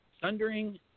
thundering